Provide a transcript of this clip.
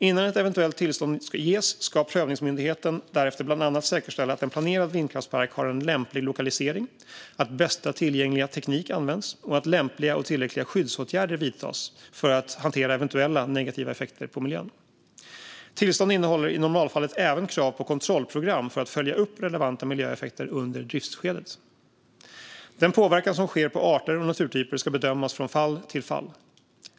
Innan ett eventuellt tillstånd ges ska prövningsmyndigheten därefter bland annat säkerställa att en planerad vindkraftspark har en lämplig lokalisering, att bästa tillgängliga teknik används och att lämpliga och tillräckliga skyddsåtgärder vidtas för att hantera eventuella negativa effekter på miljön. Tillstånd innehåller i normalfallet även krav på kontrollprogram för att följa upp relevanta miljöeffekter under driftsskedet. Den påverkan som sker på arter och naturtyper ska bedömas från fall till fall.